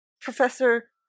Professor